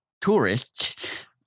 tourists